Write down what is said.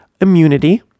immunity